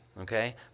okay